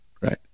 right